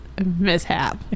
mishap